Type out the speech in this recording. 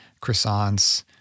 croissants